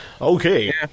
Okay